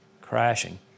crashing